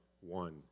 one